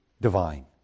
divine